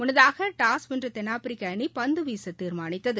முன்னதாக டாஸ் வென்ற தென்னாப்பிரிக்க அணி பந்து வீச தீர்மானித்தது